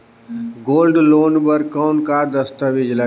Gold loan बर कौन का दस्तावेज लगही?